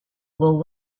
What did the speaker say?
will